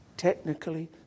Technically